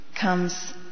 comes